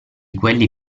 quelli